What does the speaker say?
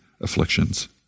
afflictions